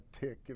tick